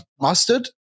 Mustard